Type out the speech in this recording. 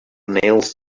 nails